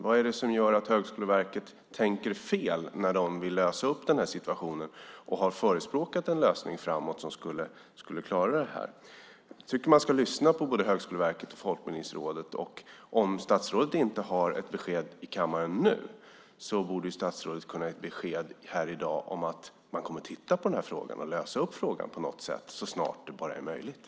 Vad är det som gör att Högskoleverket tänker fel när de vill lösa upp situationen och har förespråkat en lösning som skulle klara detta? Jag tycker att man ska lyssna på både Högskoleverket och Folkbildningsrådet. Även om statsrådet inte har ett besked i själva sakfrågan till kammaren nu borde statsrådet i dag kunna ge besked om att man kommer att titta på den här frågan och lösa den på något sätt, så snart det bara är möjligt.